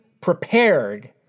prepared